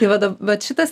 tai vat dab vat šitas